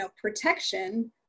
protection